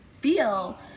feel